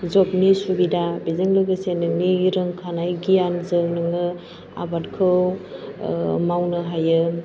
job नि सुबिदा बेजों लोगोसे नोंनि रोंखानाय गियानजों नोङो आबादखौ मावनो हायो